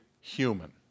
human